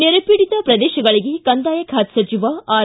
ನೆರೆ ಪೀಡಿತ ಪ್ರದೇಶಗಳಗೆ ಕಂದಾಯ ಖಾತೆ ಸಚಿವ ಆರ್